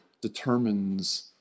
determines